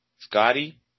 Scotty